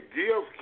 give